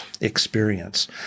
experience